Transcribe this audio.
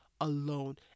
alone